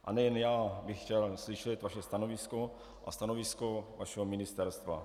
A nejen já bych chtěl slyšet vaše stanovisko a stanovisko vašeho ministerstva.